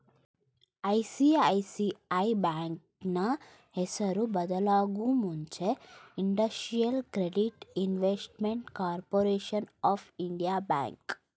ICICI ಬ್ಯಾಂಕ್ನ ಹೆಸರು ಬದಲಾಗೂ ಮುಂಚೆ industrial credit investment corporation of India bank